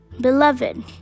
Beloved